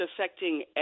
affecting